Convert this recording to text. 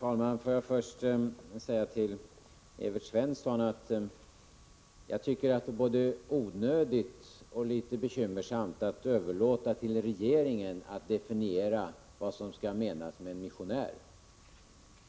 Herr talman! Får jag först säga till Evert Svensson att det är både onödigt och litet bekymmersamt att överlåta åt regeringen att definiera vad som menas med missionär. Det